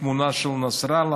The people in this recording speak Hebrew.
ראיתי תמונה של נסראללה.